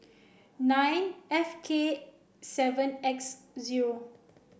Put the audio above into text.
nine F K seven X zero